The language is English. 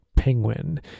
Penguin